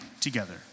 together